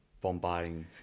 bombarding